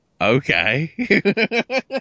Okay